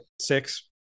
six